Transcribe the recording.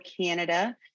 Canada